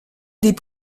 des